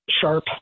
Sharp